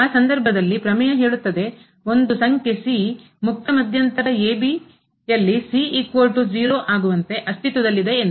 ಆ ಸಂದರ್ಭದಲ್ಲಿ ಪ್ರಮೇಯ ಹೇಳುತ್ತದೆ ಒಂದು ಸಂಖ್ಯೆ c ಮುಕ್ತ ಮಧ್ಯಂತರ ಆಗುವಂತೆ ಅಸ್ತಿತ್ವದಲ್ಲಿದೆ ಎಂದು